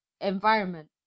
environment